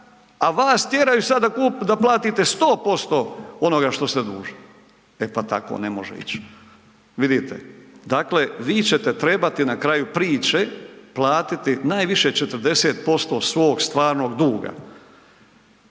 a vas tjeraju sad da platite 100% onoga što ste dužni. E pa, tako ne može ići. Vidite, dakle, vi ćete trebati na kraju priče platiti najviše 40% svog stvarnog duga.